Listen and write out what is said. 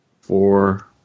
four